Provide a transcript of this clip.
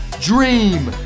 dream